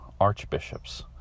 archbishops